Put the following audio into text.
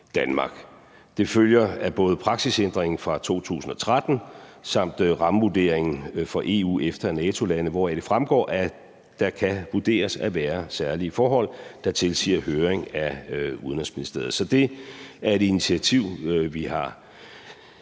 Det følger af både praksisændringen fra 2013 samt rammevurderingen for EU-, EFTA- og NATO-lande, hvoraf det fremgår, at der kan vurderes at være særlige forhold, der tilsiger høring af Udenrigsministeriet. Så det er et initiativ, vi har